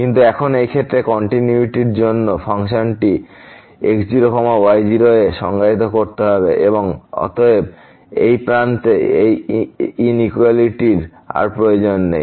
কিন্তু এখন এই ক্ষেত্রে কন্টিনিউয়িটি র জন্য ফাংশনটি x0y0 এ সংজ্ঞায়িত করতে হবে এবং অতএব এই প্রান্তে এই ইনইকুয়ালিটির আর প্রয়োজন নেই